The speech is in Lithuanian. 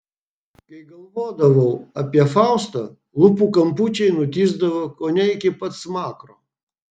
kai galvodavau apie faustą lūpų kampučiai nutįsdavo kone iki pat smakro